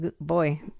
boy